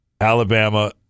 Alabama